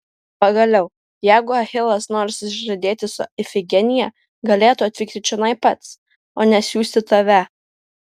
pagaliau jeigu achilas nori susižadėti su ifigenija galėtų atvykti čionai pats o ne siųsti tave